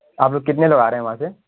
آپ لوگ کتنے لوگ آ رہے ہیں وہاں سے